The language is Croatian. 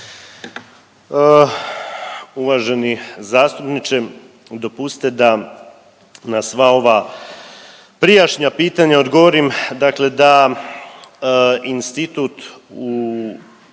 Uvaženi zastupniče dopustite da na sva ova prijašnja pitanja odgovorim, dakle da institut u